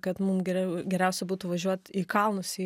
kad mum geriau geriausia būtų važiuot į kalnus į